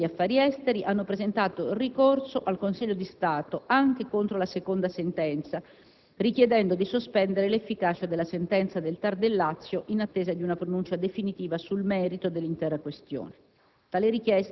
e il Ministero degli affari esteri hanno presentato ricorso al Consiglio di Stato anche contro la seconda sentenza, richiedendo di sospendere l'efficacia della sentenza del TAR del Lazio, in attesa di una pronuncia definitiva sul merito dell'intera questione.